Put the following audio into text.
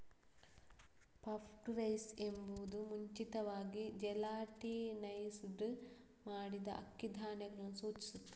puffed rice ಎಂಬುದು ಮುಂಚಿತವಾಗಿ gelatinised ಮಾಡಿದ ಅಕ್ಕಿ ಧಾನ್ಯಗಳನ್ನು ಸೂಚಿಸುತ್ತದೆ